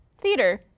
Theater